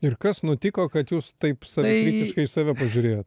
ir kas nutiko kad jūs taip savikritiškai į save pažiūrėjot